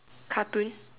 cartoon